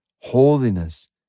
holiness